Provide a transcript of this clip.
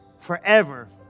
forever